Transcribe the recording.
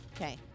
Okay